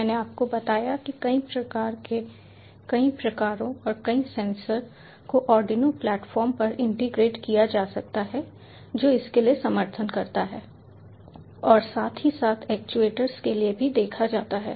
मैंने आपको बताया कि कई प्रकार के कई प्रकारों और कई सेंसर को आर्डिनो प्लेटफ़ॉर्म पर इंटीग्रेट किया जा सकता है जो इसके लिए समर्थन करता है और साथ ही साथ एक्चुएटर्स के लिए भी देखा जाता है